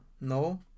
no